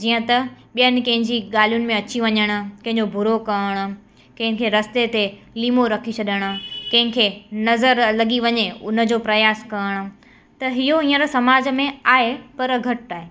जीअं त ॿियनि कंहिंजी ॻाल्हियुनि में अची वञणु कंहिंजो बुरो करणु कंहिंखे रस्ते ते लीमो रखी छॾणु कंजिंखे नज़र लॻी वञे उन जो प्रयास करण त इहो हींअर समाज में आहे पर घटि आहे